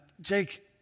Jake